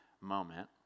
moment